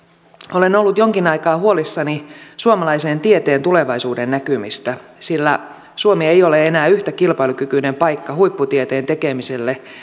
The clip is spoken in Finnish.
olen ollut jonkin aikaa huolissani suomalaisen tieteen tulevaisuudennäkymistä sillä suomi ei ole enää yhtä kilpailukykyinen paikka huipputieteen tekemiselle